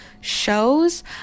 shows